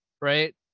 right